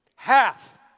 Half